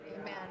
Amen